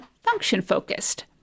function-focused